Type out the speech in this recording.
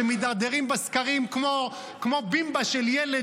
שמידרדרים בסקרים כמו בימבה של ילד